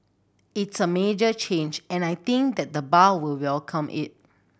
it's a major change and I think that the bar will welcome it